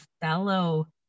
fellow